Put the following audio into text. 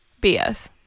BS